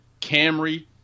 Camry